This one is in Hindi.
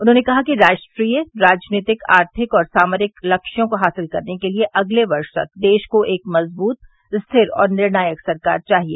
उन्होंने कहा कि राष्ट्रीय राजनीतिक आर्थिक और सामरिक लक्ष्यों को हासिल करने के लिए अगले वर्ष तक देश को एक मजबूत स्थिर और निर्णायक सरकार चाहिए